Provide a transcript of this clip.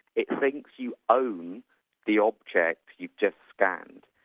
it thinks you own the object you've just scanned,